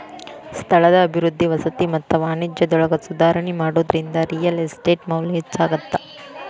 ಸ್ಥಳದ ಅಭಿವೃದ್ಧಿ ವಸತಿ ಮತ್ತ ವಾಣಿಜ್ಯದೊಳಗ ಸುಧಾರಣಿ ಮಾಡೋದ್ರಿಂದ ರಿಯಲ್ ಎಸ್ಟೇಟ್ ಮೌಲ್ಯ ಹೆಚ್ಚಾಗತ್ತ